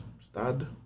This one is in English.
Stad